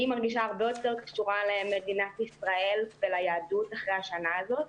אני מרגישה הרבה יותר קשורה למדינת ישראל וליהדות אחרי השנה הזאת.